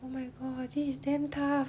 oh my god this is damn tough